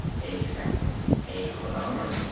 a sextant, a cronometer,